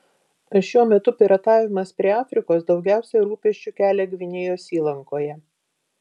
šiuo metu piratavimas prie afrikos daugiausiai rūpesčių kelia gvinėjos įlankoje